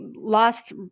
lost